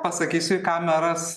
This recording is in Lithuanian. tą pasakysiu į kameras